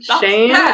Shane